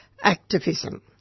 activism